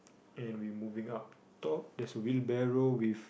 and we moving up top there's whale bell roll with